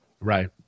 right